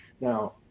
Now